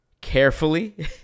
Carefully